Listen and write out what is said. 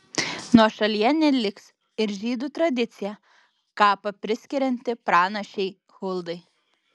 nuošalyje neliks ir žydų tradicija kapą priskirianti pranašei huldai